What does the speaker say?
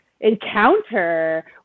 encounter